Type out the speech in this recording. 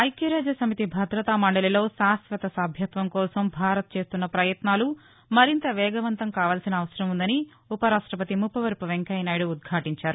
ఐక్యరాజ్య సమితి భదతా మందలిలో శాశ్వత సభ్యత్వం కోసం భారత్ చేస్తున్న ప్రయాత్నాలు మరింత వేగవంతం కావలసిన అవసరం ఉందని ఉపరాష్టపతి ముప్పవరపు వెంకయ్యనాయుడు ఉద్గాటించారు